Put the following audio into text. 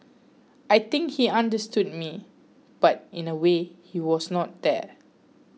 I think he understood me but in a way he was not there